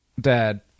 Dad